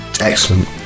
Excellent